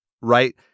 right